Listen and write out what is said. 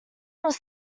was